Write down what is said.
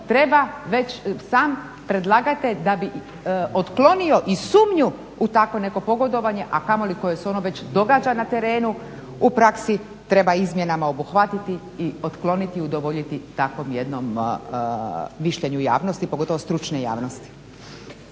treba već sam predlagatelj da bi otklonio i sumnju u takvo neko pogodovanje, a kamoli koje se ono već događa na terenu u praksi treba izmjenama obuhvatiti i otkloniti i udovoljiti takvom jednom mišljenju javnosti pogotovo stručne javnosti.